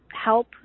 help